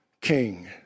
king